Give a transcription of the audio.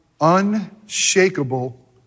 unshakable